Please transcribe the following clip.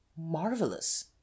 Marvelous